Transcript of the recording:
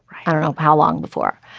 how how long before.